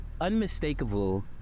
unmistakable